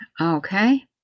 okay